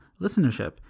listenership